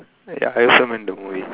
ya I also went the movies